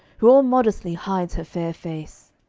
who all modestly hides her fair face,